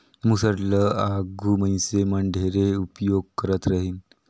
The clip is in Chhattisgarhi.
मूसर ल आघु मइनसे मन ढेरे उपियोग करत रहिन